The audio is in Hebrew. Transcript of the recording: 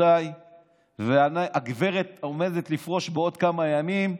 רבותיי, והגברת עומדת לפרוש בעוד כמה ימים.